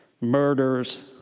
murders